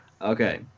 Okay